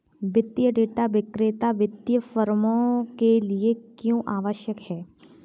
वित्तीय डेटा विक्रेता वित्तीय फर्मों के लिए क्यों आवश्यक है?